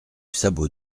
sabot